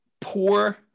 Poor